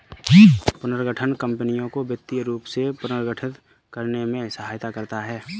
पुनर्गठन कंपनियों को वित्तीय रूप से पुनर्गठित करने में सहायता करता हैं